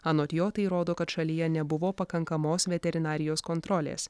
anot jo tai rodo kad šalyje nebuvo pakankamos veterinarijos kontrolės